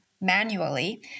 manually